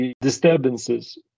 disturbances